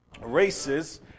races